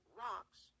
rocks